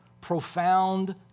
profound